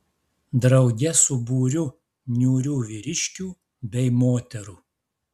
drauge su būriu niūrių vyriškių bei moterų